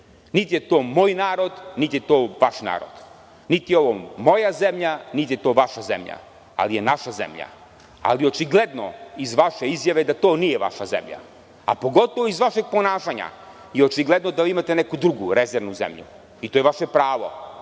Niti je to moj narod, niti je to vaš narod. Niti je ovo moja zemlja, niti je to vaša zemlja. Sve je to naša zemlja. Očigledno je iz vaše izjave da to nije vaša zemlja, a pogotovo iz vašeg ponašanja i očigledno je da vi imate neku drugu, rezervnu zemlju. To je vaše pravo.